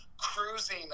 cruising